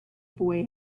boy